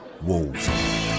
Wolves